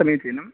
समीचीनम्